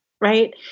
right